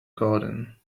garden